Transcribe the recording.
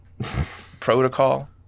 protocol